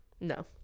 no